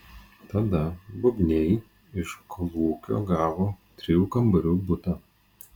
tada bubniai iš kolūkio gavo trijų kambarių butą